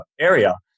area